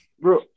Bro